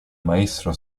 maestro